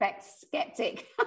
skeptic